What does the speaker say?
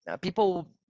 people